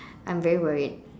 I'm very worried